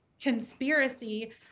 conspiracy